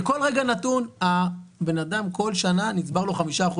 בכל רגע נתון לבן אדם בכל שנה נצבר לו 5%,